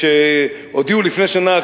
וכשהודיעו לפני שנה,